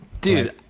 dude